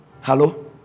Hello